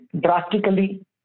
drastically